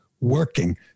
working